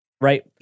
right